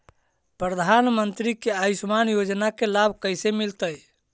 प्रधानमंत्री के आयुषमान योजना के लाभ कैसे मिलतै?